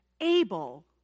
able